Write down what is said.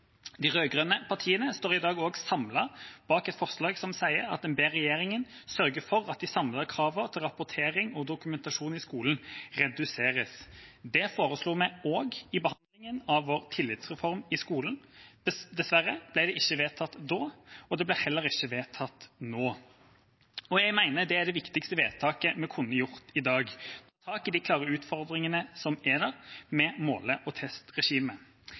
De rød-grønne partiene står i dag også samlet bak et forslag der en ber regjeringa «sørge for at de samlede kravene til rapportering og dokumentasjon i skolen reduseres». Det foreslo vi også i debatten om tillitsreform i skolen. Dessverre ble det ikke vedtatt da, og det blir heller ikke vedtatt nå. Jeg mener det er det viktigste vedtaket vi kunne gjort i dag – ta tak i de klare utfordringene som er der med måle- og